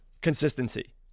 consistency